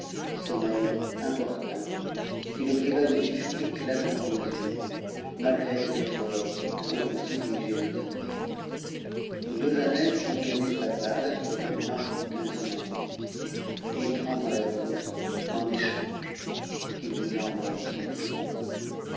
sommeil importun qui le priva du vi f ectat de vos beaux yeux matgré ses efforts pour vous omiger de es ouvrir jj même vous donner sa bague pour marque de son amour et pt'pn i vôtre eu échange qu'il vous envoie dans ce billet